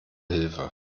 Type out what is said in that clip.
hilfe